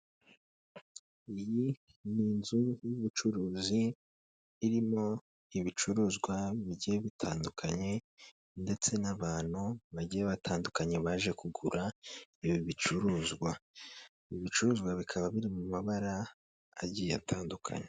Iyi ni inzu y'ubucuruzi irimo ibicuruzwa bigiye bitandukanye ndetse n'abantu bagiye batandukanye baje kugura ibi bicuruzwa, ibi bicuruzwa bikaba biri mu mabara agiye atandukanye.